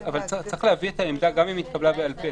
אבל צריך להביא את העמדה גם היא התקבלה בעל פה,